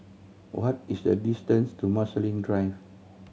what is the distance to Marsiling Drive